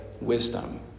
wisdom